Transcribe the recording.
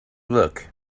look